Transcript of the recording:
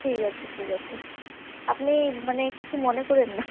ঠিক আছে ঠিক আছে আপনি মানে কিছু মনে করেন না